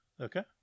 Okay